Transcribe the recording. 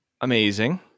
amazing